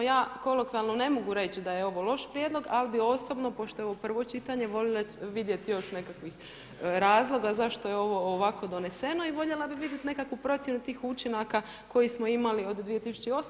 Ja kolokvijalno ne mogu reći da je ovo loš prijedlog, ali bi osobno pošto je ovo prvo čitanje voljela vidjeti još nekakvih razloga zašto je ovo ovako doneseno i voljela bi vidjeti nekakvu procjenu tih učinaka koji smo imali od 2008.